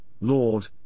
Lord